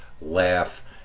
laugh